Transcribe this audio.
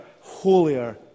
holier